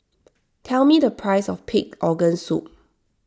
tell me the price of Pig's Organ Soup